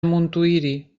montuïri